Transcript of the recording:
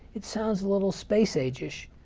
it sounds a little space-age-ish,